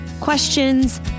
questions